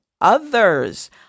others